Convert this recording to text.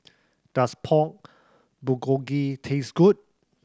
does Pork Bulgogi taste good